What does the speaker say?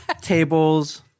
tables